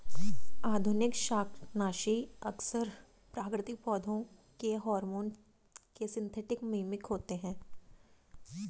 आधुनिक शाकनाशी अक्सर प्राकृतिक पौधों के हार्मोन के सिंथेटिक मिमिक होते हैं